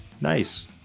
nice